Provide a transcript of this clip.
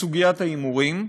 בסוגיית ההימורים,